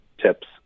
tips